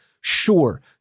sure